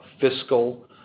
fiscal